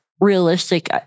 realistic